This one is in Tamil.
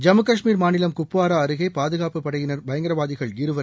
ஜம்மு கஷ்மீர் மாநிலம் குப்வாரா அருகே பாதுகாப்புப் படையினர் பயங்கரவதிகள் இருவரை